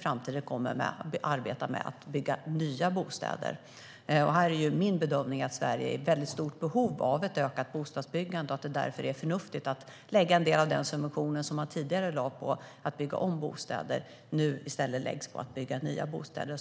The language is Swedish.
framtiden att arbeta med att bygga nya bostäder i stället. Min bedömning är att Sverige har ett stort behov av ökat bostadsbyggande och att det därför är förnuftigt att lägga en del av den subvention som tidigare lades på att bygga om bostäder på att i stället bygga nya bostäder.